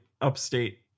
upstate